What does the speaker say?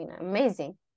amazing